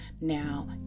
Now